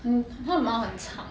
um 它的毛很长